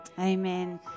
amen